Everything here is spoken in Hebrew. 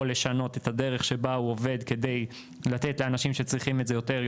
או לשנות את הדרך שבה הוא עובד כדי לתת לאנשים שצריכים את זה יותר,